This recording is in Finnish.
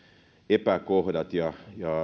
epäkohdat ja